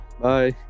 Bye